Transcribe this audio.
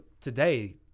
today